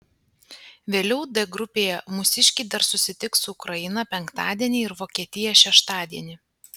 vėliau d grupėje mūsiškiai dar susitiks su ukraina penktadienį ir vokietija šeštadienį